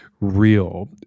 real